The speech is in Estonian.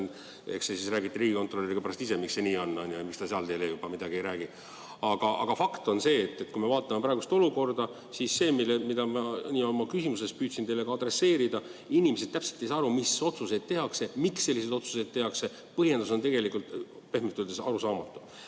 eks te siis räägite riigikontrolöriga pärast ise, miks see nii on, miks ta seal juba teile midagi ei räägi. Aga fakt on see, et kui me vaatame praegust olukorda, siis see, mida ma oma küsimuses püüdsin teile öelda, on, et inimesed täpselt ei saa aru, mis otsuseid tehakse ja miks selliseid otsuseid tehakse. Põhjendus on pehmelt öeldes arusaamatu.